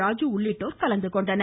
ராஜீ உள்ளிட்டோர் கலந்துகொண்டனர்